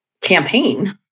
campaign